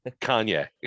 Kanye